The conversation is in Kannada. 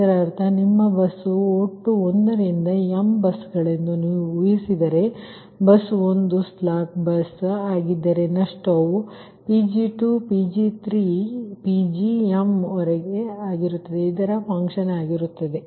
ಇದರರ್ಥ ನಿಮ್ಮ ಬಸ್ ಒಟ್ಟು 1 ರಿಂದ m ಬಸ್ಸುಗಳೆಂದು ನೀವು ಊಹಿಹಿಸಿದರೆ ಮತ್ತು ಬಸ್ 1 ಸ್ಲಾಕ್ ಬಸ್ ಆಗಿದ್ದರೆ ನಷ್ಟವು ವಾಸ್ತವವಾಗಿ Pg2Pg3Pgm ಇದರ ಫನ್ಕ್ಷನ್ ಆಗಿರುತ್ತದೆ